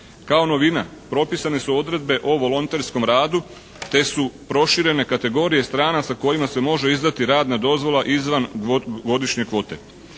Kao novina propisane su odredbe o volonterskom radu te su proširene kategorije stranaca kojima se može izdati radna dozvola izvan godišnje kvote.